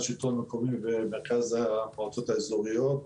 שלטון מקומי ומרכז המועצות האזוריות,